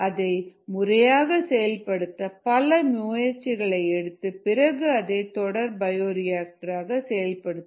அதை முறையாக செயல்படுத்த பல முயற்சிகளை எடுத்து பிறகு அதை தொடர் பயோரியாக்டர் ராக செயல்படுத்த முடியும்